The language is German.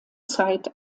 zeit